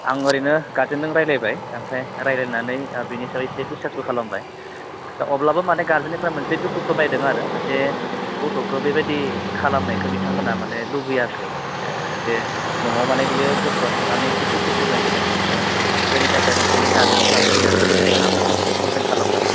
आं ओरैनो गार्डजेनजों रायलायबाय आमफ्राइ रालायनानै आरो बिनिफ्राइ एसे डिस्कासबो खालामबाय दा अब्लाबो मानि गार्डजेननिफ्राइ मोनसे दुखु फोरमायदों आरो जे गथ'खौ बेबायदि खालामनायखौ बिथांमोनहा मानि लुबैयाखै जे न'आव मानि बियो थांनानै एसे दुखु फरोमायहैदों जायनि थाखाय नख'रनि गार्डजेनफोरा फैनानै जेनेबा आंखौबो एसे कमप्लेन खालामबाय